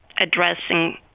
addressing